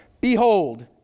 behold